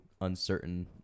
uncertain